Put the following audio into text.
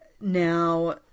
now